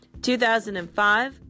2005